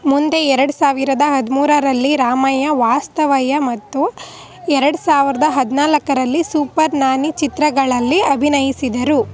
ಮುಂದೆ ಎರಡು ಸಾವಿರದ ಹದಿಮೂರರಲ್ಲಿ ರಾಮಯ್ಯ ವಸ್ತಾವಯ್ಯ ಮತ್ತು ಎರಡು ಸಾವಿರ್ದ ಹದಿನಾಲ್ಕರಲ್ಲಿ ಸೂಪರ್ ನಾನಿ ಚಿತ್ರಗಳಲ್ಲಿ ಅಭಿನಯಿಸಿದರು